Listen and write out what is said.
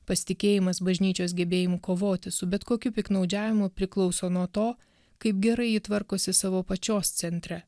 pasitikėjimas bažnyčios gebėjimu kovoti su bet kokiu piktnaudžiavimu priklauso nuo to kaip gerai ji tvarkosi savo pačios centre